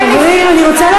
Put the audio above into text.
חברים, בבקשה.